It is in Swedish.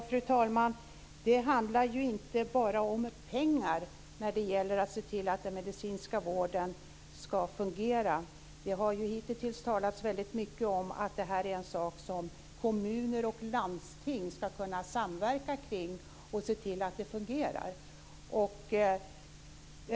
Fru talman! Det handlar ju inte bara om pengar när det gäller att se till att den medicinska vården ska fungera. Det har hitintills talats väldigt mycket om att det här är en sak som kommuner och landsting ska kunna samverka kring, och se till att det fungerar.